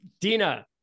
dina